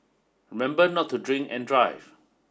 remember not to drink and drive